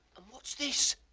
um what's this?